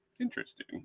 Interesting